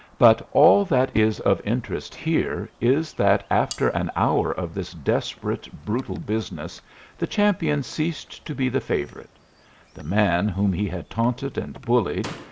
but all that is of interest here is that after an hour of this desperate, brutal business the champion ceased to be the favorite the man whom he had taunted and bullied,